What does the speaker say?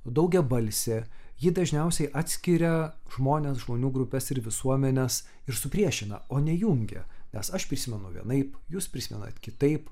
daugiabalsė ji dažniausiai atskiria žmones žmonių grupes ir visuomenes ir supriešina o ne jungia nes aš prisimenu vienaip jūs prisimenat kitaip